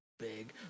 Big